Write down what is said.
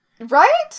Right